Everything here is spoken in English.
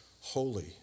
holy